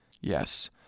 Yes